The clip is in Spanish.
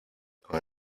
con